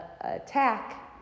attack